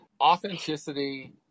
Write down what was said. authenticity